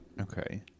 Okay